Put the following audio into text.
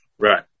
right